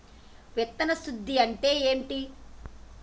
విత్తన శుద్ధి అంటే ఏంటి?